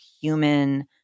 human